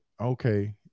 okay